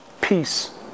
Peace